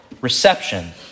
reception